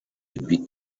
bit